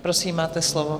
Prosím, máte slovo.